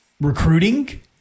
recruiting